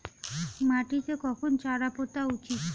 মাটিতে কখন চারা পোতা উচিৎ?